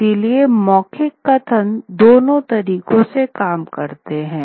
इसलिए मौखिक कथन दोनों तरीकों से काम करते हैं